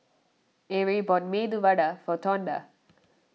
Arie bought Medu Vada for Tonda